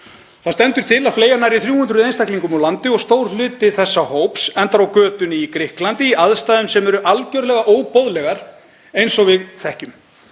Það stendur til að fleygja nærri 300 einstaklingum úr landi og stór hluti þessa hóps endar á götunni í Grikklandi í aðstæðum sem eru algerlega óboðlegar, eins og við þekkjum.